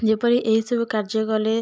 ଯେପରି ଏହିସବୁ କାର୍ଯ୍ୟ କଲେ